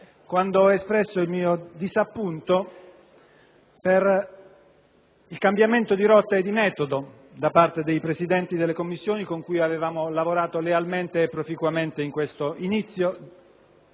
quando ho espresso il mio disappunto per il cambiamento di rotta e di metodo da parte dei Presidenti delle Commissioni, con cui avevamo lavorato lealmente e proficuamente in questo inizio